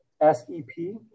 SEP